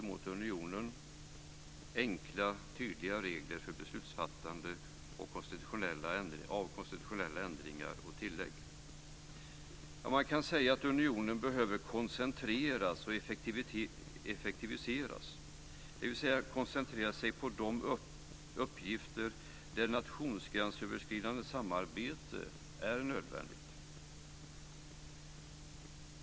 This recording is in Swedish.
Man kan säga att unionen behöver koncentreras och effektiviseras, dvs. koncentrera sig på de uppgifter där nationsgränsöverskridande samarbete är nödvändigt.